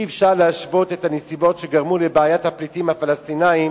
אי-אפשר להשוות את הנסיבות שגרמו לבעיית הפליטים הפלסטינים